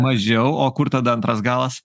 mažiau o kur tada antras galas